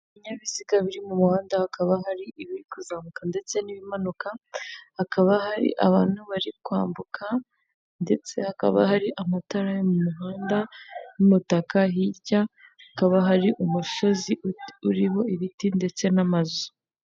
Ibinyabiziga biri mu muhanda hakaba hari ibiri kuzamuka ndetse n'ibimanuka, hakaba hari abantu bari kwambuka, ndetse hakaba hari amatara yo mu muhanda y'umutaka, hirya hakaba hari umusozi urimo ibiti ndetse n'amazu.